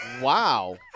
Wow